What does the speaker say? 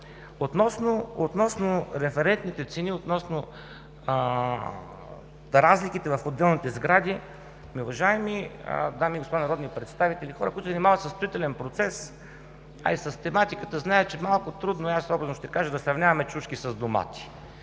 Относно референтните цени относно разликите в отделните сгради, уважаеми дами и господа народни представители, хората, които се занимават със строителен процес, и с тематиката, знаят, че малко трудно е, образно ще кажа, да сравняваме чушки с домати.